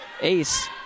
ace